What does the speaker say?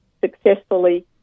successfully